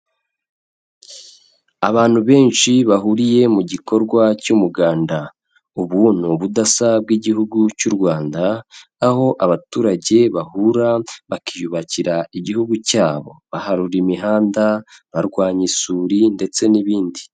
Abantu benshi bahuriye mu gikorwa cy'umuganda, ubu ni ubudasa bw'Igihugu cy'u Rwanda aho abaturage bahura bakiyubakira Igihugu cyabo baharura imihanda, barwanya isuri ndetse n'ibindi.